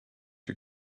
you